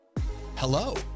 Hello